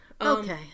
Okay